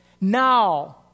Now